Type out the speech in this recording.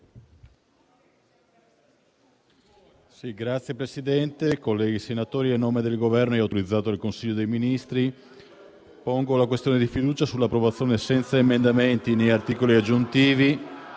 Signor Presidente, colleghi senatori, a nome del Governo e autorizzato dal Consiglio dei ministri pongo la questione di fiducia sull'approvazione, senza emendamenti né articoli aggiuntivi,